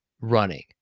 running